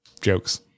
jokes